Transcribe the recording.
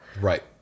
Right